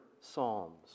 psalms